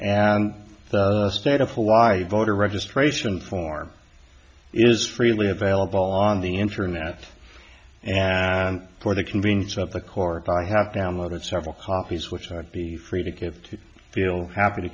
and the state of hawaii voter registration form is freely available on the internet and for the convenience of the court i have downloaded several copies which are the free ticket to feel happy to